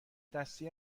دستی